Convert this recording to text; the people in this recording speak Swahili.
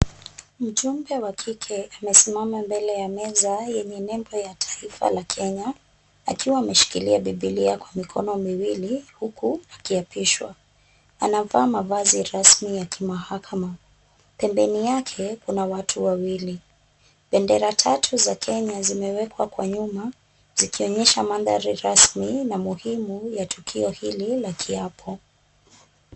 Mjumbe wa kike amesimama mbele ya meza yenye nembo ya taifa la Kenya akiwa ameshikilia Bibilia kwa mikono miwili huku akiapishwa. Anavaa mavazi rasmi ya kimahakama. Pembeni yake kuna watu wawili. Bendera tatu za Kenya zimewekwa kwa nyuma zikionyesha mandhari rasmi na muhimu ya tukio hili la kiapo.